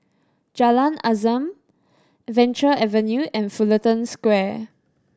Jalan Azam Venture Avenue and Fullerton Square